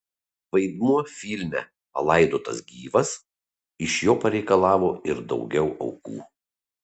vaidmuo filme palaidotas gyvas iš jo pareikalavo ir daugiau aukų